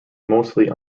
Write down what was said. mostly